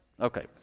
Okay